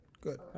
Good